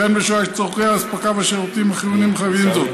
וכן בשעה שצורכי ההספקה והשירותים החיוניים מחייבים זאת,